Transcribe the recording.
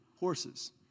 Horses